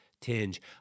tinge